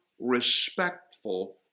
respectful